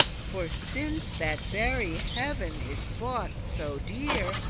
for since that very heav'n is bought so dear,